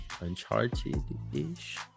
uncharted-ish